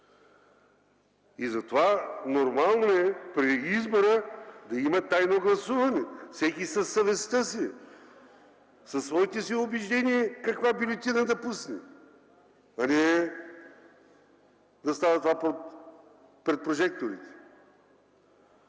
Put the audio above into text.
Затова нормално е при избора да има тайно гласуване – всеки със съвестта си, със своите си убеждения каква бюлетина да пусне. А не това да става пред прожекторите.